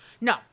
No